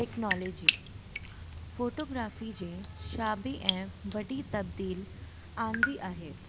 technology photography शाबी ऐं वॾी तब्दील आंदी आहे